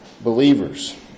believers